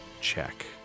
check